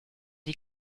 die